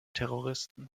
terroristen